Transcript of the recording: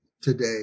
today